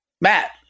Matt